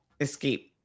escape